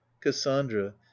cassandra